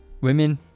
Women